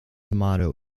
motto